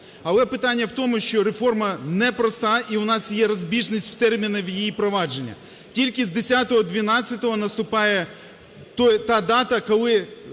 Але питання у тому, що реформа непроста і у нас є розбіжності в термінах її провадження. Тільки з 10.12 наступає та дата, коли